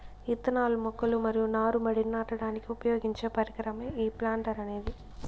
ఇత్తనాలు, మొక్కలు మరియు నారు మడిని నాటడానికి ఉపయోగించే పరికరమే ఈ ప్లాంటర్ అనేది